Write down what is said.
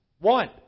One